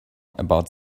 about